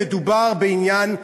מדובר בעניין הומניטרי.